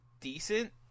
decent